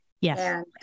Yes